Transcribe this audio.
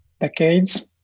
decades